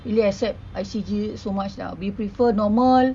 really accept I_C_G so much lah we prefer normal